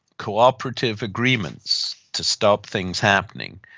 co-operative agreements to stop things happening.